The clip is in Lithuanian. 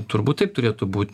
turbūt taip turėtų būt